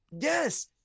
yes